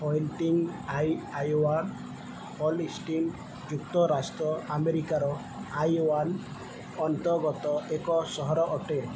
ହୋଲଟିନ୍ Iowa Holstein ଯୁକ୍ତରାଷ୍ଟ୍ର ଆମେରିକାର ଆଇୱାନ୍ ଅନ୍ତର୍ଗତ ଏକ ସହର ଅଟେ